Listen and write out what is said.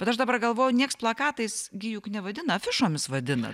bet aš dabar galvoju niekas plakatais gi juk nevadina afišomis vadina